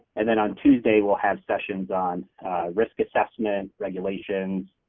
and then on tuesday we'll have sessions on risk assessment regulations,